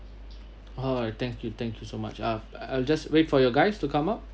oh alright thank you thank you so much ah I'll just wait for your guys to come up